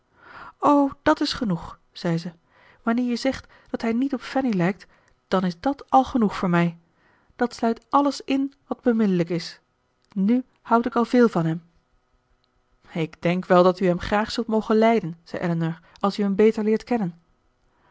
o dat is genoeg zei ze wanneer je zegt dat hij niet op fanny lijkt dan is dat al genoeg voor mij dat sluit alles in wat beminnelijk is nu houd ik al veel van hem ik denk wel dat u hem graag zult mogen lijden zei elinor als u hem beter leert kennen